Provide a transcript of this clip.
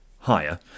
higher